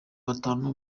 batanu